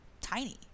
tiny